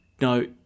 No